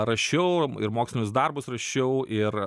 rašiau ir mokslinius darbus rašiau ir